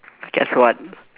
guess what